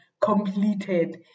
completed